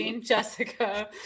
Jessica